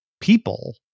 people